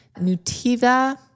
Nutiva